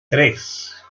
tres